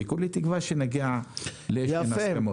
כולי תקווה שנגיע לאיזשהם הסכמות.